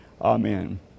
Amen